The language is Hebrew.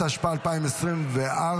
התשפ"ה 2024,